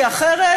כי אחרת,